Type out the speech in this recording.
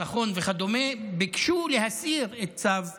ביטחון וכדומה ביקשו להסיר את צו הצנזורה,